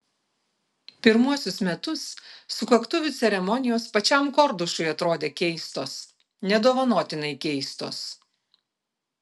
pirmuosius metus sukaktuvių ceremonijos pačiam kordušui atrodė keistos nedovanotinai keistos